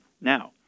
Now